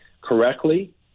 correctly